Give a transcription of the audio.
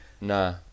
nah